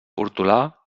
hortolà